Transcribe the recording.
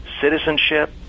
citizenship